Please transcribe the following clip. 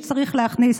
שצריך להכניס,